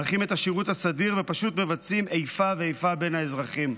מאריכים את השירות הסדיר ופשוט מבצעים איפה ואיפה בין האזרחים.